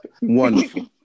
Wonderful